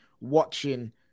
watching